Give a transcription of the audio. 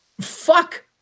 fuck